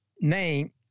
name